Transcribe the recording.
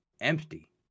empty